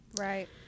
right